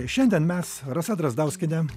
šiandien mes rasa drazdauskienė